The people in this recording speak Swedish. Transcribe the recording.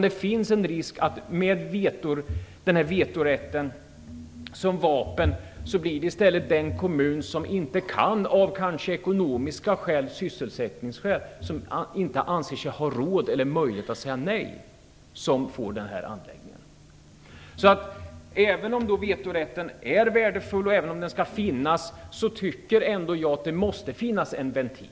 Det finns en risk för att med vetorätten som vapen blir det i stället den kommun som av t.ex. ekonomiska eller sysselsättningsskäl inte anser sig ha råd eller möjlighet att säga nej som får anläggningen. Även om vetorätten är värdefull och skall finnas tycker jag att det måste finnas en ventil.